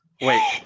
Wait